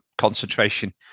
concentration